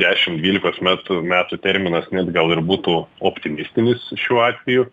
dešim dvylikos meto metų terminas net gal ir būtų optimistinis šiuo atveju